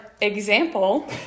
example